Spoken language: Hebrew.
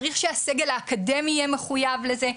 צריך שהסגל האקדמי יהיה מחוייב לזה.